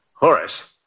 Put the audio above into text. Horace